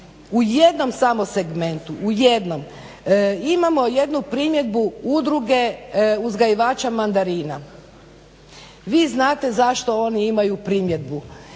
u jednom samo segmentu, u jednom imamo jednu primjedbu udruge uzgajivača mandarina. Vi znate zašto oni imaju primjedbu.